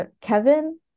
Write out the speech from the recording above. Kevin